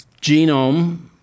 genome